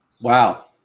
Wow